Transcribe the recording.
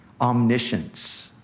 omniscience